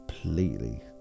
Completely